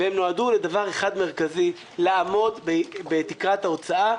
והם נועדו לדבר אחד מרכזי - לעמוד בתקרת ההוצאה,